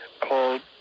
called